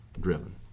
driven